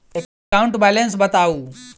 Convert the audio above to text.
account balance बताउ